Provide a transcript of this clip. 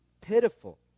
pitiful